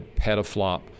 petaflop